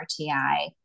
RTI